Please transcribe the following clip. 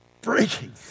breaking